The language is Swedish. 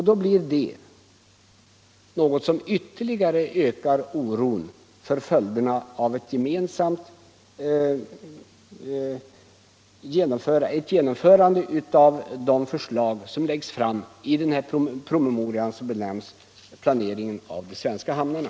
Då blir det något som ytterligare ökar oron för följderna av ett genomförande av de förslag som läggs fram i den promemoria som benämns Planeringen av de svenska hamnarna.